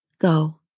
go